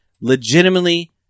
legitimately